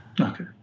Okay